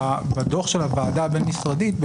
לפי דוח הוועדה הבין-משרדית,